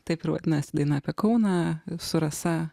taip ir vadinasi daina apie kauną su rasa